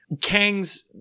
Kang's